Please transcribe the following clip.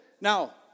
now